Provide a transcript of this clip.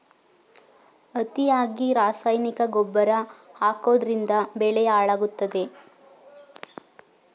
ಅತಿಯಾಗಿ ರಾಸಾಯನಿಕ ಗೊಬ್ಬರ ಹಾಕೋದ್ರಿಂದ ಬೆಳೆ ಹಾಳಾಗುತ್ತದೆ